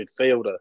midfielder